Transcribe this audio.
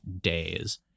days